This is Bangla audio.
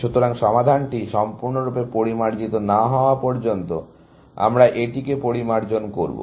সুতরাং সমাধানটি সম্পূর্ণরূপে পরিমার্জিত না হওয়া পর্যন্ত আমরা এটিকে পরিমার্জন করব